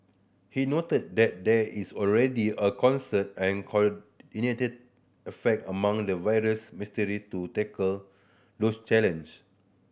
he noted that there is already a concerted and coordinated affect among the various ministry to tackle those challenge